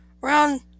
Round